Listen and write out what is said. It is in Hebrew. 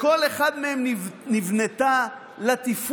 בכל אחד מהם נבנתה לטיפונדיה,